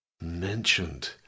mentioned